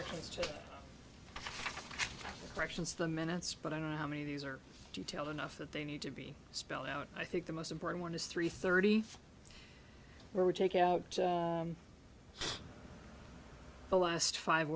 fractions of the minutes but i don't know how many of these are detailed enough that they need to be spelled out i think the most important one is three thirty where we take out the last five